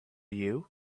you